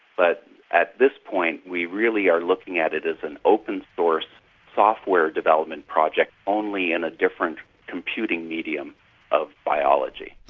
but at this point we really are looking at it as an open source software development project only in a different computing medium of biology.